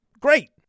Great